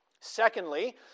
Secondly